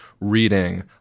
reading